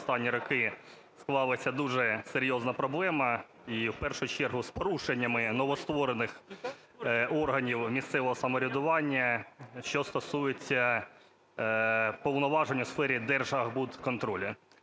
останні роки склалась дуже серйозна проблема і в першу чергу з порушеннями новостворених органів місцевого самоврядування, що стосується повноважень у сфері держархбудконтролю.